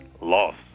Lost